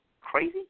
crazy